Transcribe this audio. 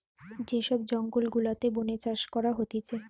যে সব জঙ্গল গুলাতে বোনে চাষ করা হতিছে